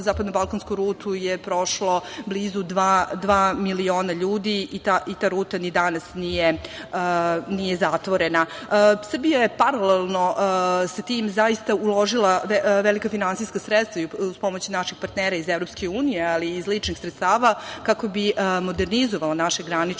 zapadno-balkansku rutu je prošlo blizu dva miliona ljudi i ta ruta ni danas nije zatvorena. Srbija je paralelno sa tim zaista uložila velika finansijska sredstva i uz pomoć naših partnera iz EU, ali i iz ličnih sredstava kako bi modernizovao naše granične